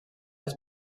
les